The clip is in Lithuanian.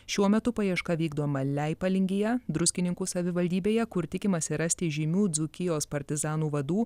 šiuo metu paieška vykdoma leipalingyje druskininkų savivaldybėje kur tikimasi rasti žymių dzūkijos partizanų vadų